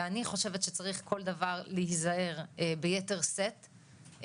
ואני חושבת שצריך כל דבר להיזהר ביתר שאת,